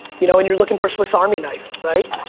you know, and you're looking for a swiss army knife, right?